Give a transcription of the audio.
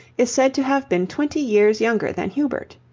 is said to have been twenty years younger than hubert.